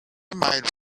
might